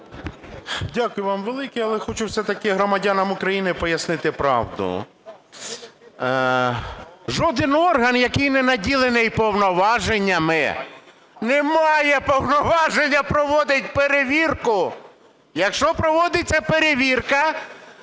Дякую вам велике! Але хочу все-таки громадянам України пояснити правду. Жоден орган, який не наділений повноваженнями, не має повноваження проводити перевірку. Якщо проводиться перевірка,